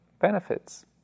benefits